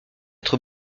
être